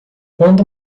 quando